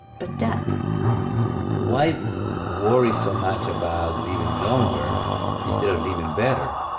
but depth why worry so much about living longer instead of living better?